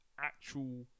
actual